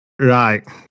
Right